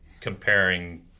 comparing